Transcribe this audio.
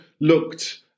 looked